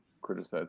criticize